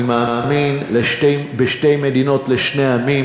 אני מאמין בשתי מדינות לשני עמים,